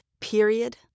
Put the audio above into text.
Period